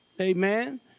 Amen